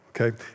Okay